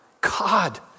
God